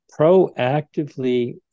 proactively